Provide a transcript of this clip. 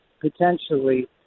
potentially